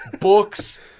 Books